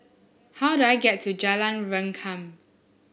how do I get to Jalan Rengkam